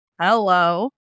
Hello